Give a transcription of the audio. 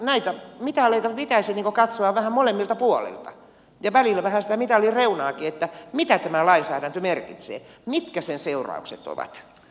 näitä mitaleita pitäisi katsoa vähän molemmilta puolilta ja välillä vähän sitä mitalin reunaakin sitä että mitä tämä lainsäädäntö merkitsee mitkä sen seuraukset ovat